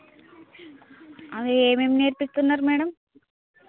అవి ఏమేమి నేర్పిస్తున్నారు మేడం